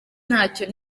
ntacyo